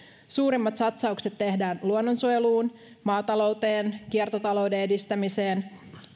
suurimmat satsaukset tehdään luonnonsuojeluun maatalouteen kiertotalouden edistämiseen